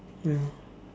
ya